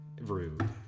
rude